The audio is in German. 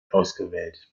ausgewählt